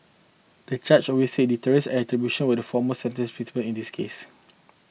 the judge we said deterrence and retribution were the foremost sentencing principle in this case